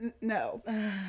No